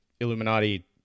Illuminati